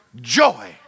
Joy